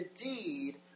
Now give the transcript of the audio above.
indeed